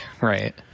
Right